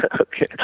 Okay